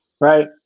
right